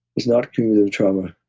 it's not cumulative trauma